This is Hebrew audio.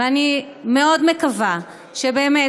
ואני מאוד מקווה שבאמת,